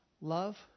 Love